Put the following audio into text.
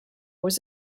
was